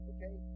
Okay